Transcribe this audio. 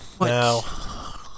Now